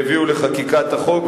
הביאו לחקיקת החוק,